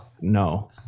no